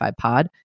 pod